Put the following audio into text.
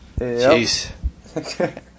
Jeez